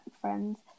friends